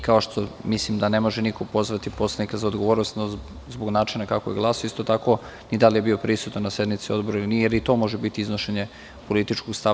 Kao što mislim da ne može niko pozvati poslanike za odgovornost zbog načina kako glasaju, isto tako ni da li je bio prisutan na sednici Odbora ili nije, jer i to može biti iznošenje političkog stava.